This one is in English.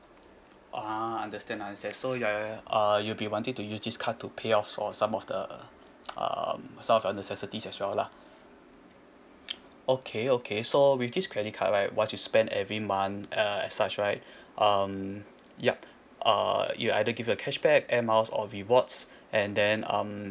ah understand understand so ya uh you'll be wanting to use this card to pay off for some of the uh self necessities as well lah okay okay so with this credit card right once you spend every month uh such right um yup uh we'll either get the cashback air miles or rewards and then um